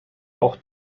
auch